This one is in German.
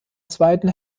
zweiten